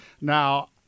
Now